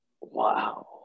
wow